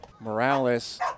Morales